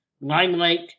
Limelight